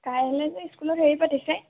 কাইলে যে স্কুলত হেৰি পাতিছে